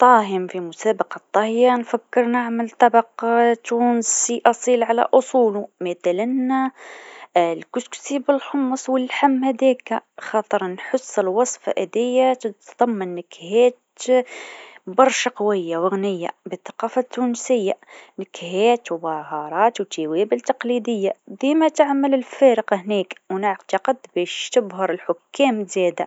طاه في مسابقة طهي نفكر نعمل طبق تونسي أصيل على أصولو، مثلا الكسكسي بالحمص و اللحم هذاك، خاطر نحس الوصفة هذيا تتضمن نكهات برشا قويه و غنيه بالثقافة التونسيه، نكهات و بهارات و توابل تقليديه، ديمه تعمل الفارق هناك و نعتقد باش تبهر الحكام زاده.